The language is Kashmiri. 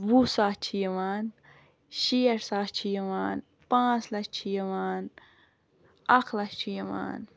وُہ ساس چھِ یِوان شیٹھ ساس چھِ یِوان پانٛژھ لَچھ چھِ یِوان اَکھ لَچھ چھِ یِوان